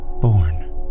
born